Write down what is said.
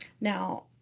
Now